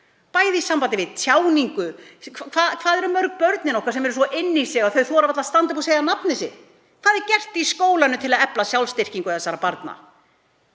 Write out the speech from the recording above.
í sambandi við tjáningu. Hvað eru þau mörg, börnin okkar, sem eru svo inn í sig að þau þora varla að standa upp og segja nafnið sitt? Hvað er gert í skólanum til að efla sjálfsstyrkingu þeirra?